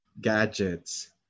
gadgets